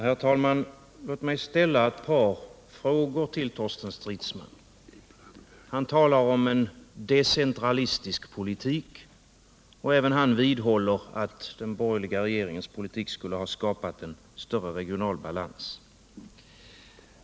Herr talman! Låt mig ställa ett par frågor till Torsten Stridsman. Han talar om en decentralistisk politik, och även han vidhåller att den borgerliga regeringens politik har skapat en större regional balans.